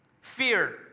fear